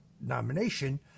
nomination